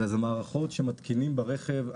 אלא זה מערכות שמתקינים ברכב.